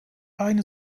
aynı